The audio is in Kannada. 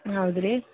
ಹೌದ್ರಿ